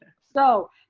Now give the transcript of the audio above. so,